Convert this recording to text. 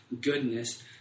goodness